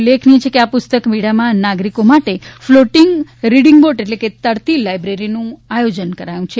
ઉલ્લેખનીય છે કે આ પુસ્તક મેળામાં નાગરિકો માટે ફલોટિંગ રીડિંગ બોટ તરતી લાયબ્રેરીનું આયોજન કરાયું છે